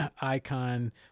icon